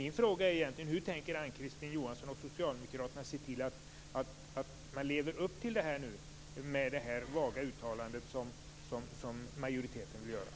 Min fråga är: Hur tänker Ann-Kristine Johansson och socialdemokraterna se till att leva upp till detta, med det vaga uttalande som majoriteten vill göra?